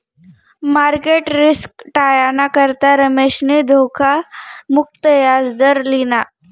market risk टायाना करता रमेशनी धोखा मुक्त याजदर लिना